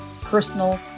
personal